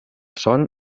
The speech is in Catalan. son